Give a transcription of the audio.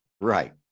Right